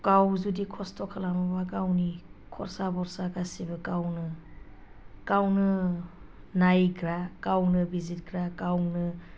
गाव जुदि खस्थ' खालामोब्ला गावनि खरसा बरसा गासैबो गावनो गावनो नायग्रा गावनो बिजिरग्रा गावनो